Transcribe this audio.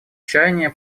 чаяния